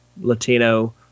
Latino